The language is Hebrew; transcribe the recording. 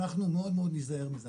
אנחנו מאוד ניזהר מזה.